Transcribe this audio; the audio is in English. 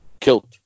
Killed